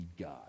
God